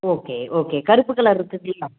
okay okay கருப்பு colour இருக்குங்களா